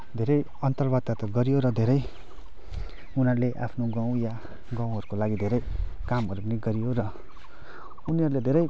धेरै अन्तर्वार्ता त गरियो र धेरै उनीहरूले आफ्नो गाउँ या गाँउहरूको लागि धेरै कामहरू पनि गरियो र उनीहरूले धेरै